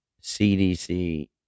CDC